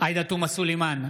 עאידה תומא סלימאן,